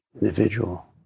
individual